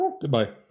goodbye